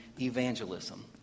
evangelism